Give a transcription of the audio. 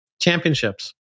Championships